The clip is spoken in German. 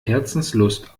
herzenslust